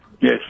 Yes